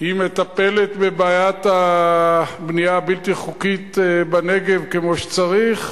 היא מטפלת בבעיית הבנייה הבלתי-חוקית בנגב כמו שצריך?